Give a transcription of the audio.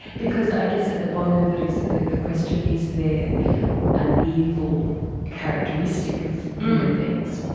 because i guess at the bottom of it is the the question is there an evil characteristic of human beings.